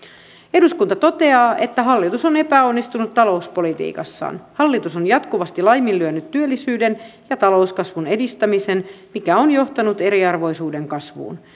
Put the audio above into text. eduskunta toteaa että hallitus on epäonnistunut talouspolitiikassaan hallitus on jatkuvasti laiminlyönyt työllisyyden ja talouskasvun edistämisen mikä on johtanut eriarvoisuuden kasvuun